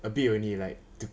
a bit only like